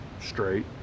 straight